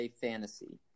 fantasy